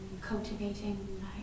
cultivating